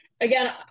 again